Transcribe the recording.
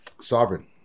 Sovereign